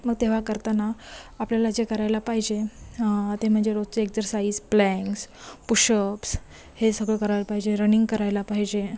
मग तेव्हा करताना आपल्याला जे करायला पाहिजे ते म्हणजे रोजचे एक्झरसाईज प्लँक्स पुषअप्स हे सगळं करायला पाहिजे रनिंग करायला पाहिजे